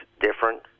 different